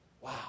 Wow